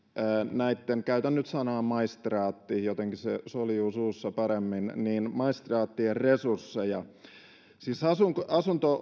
näitten käytän nyt sanaa maistraatti jotenkin se soljuu suussa paremmin maistraattien resursseja siis asunto asunto